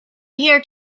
here